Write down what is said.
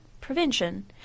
prevention